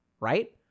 right